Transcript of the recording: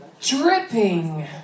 dripping